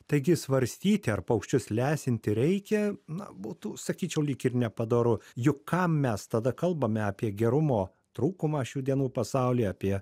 taigi svarstyti ar paukščius lesinti reikia na būtų sakyčiau lyg ir nepadoru juk kam mes tada kalbame apie gerumo trūkumą šių dienų pasaulyje apie